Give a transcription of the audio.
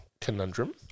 conundrum